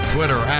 Twitter